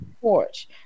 porch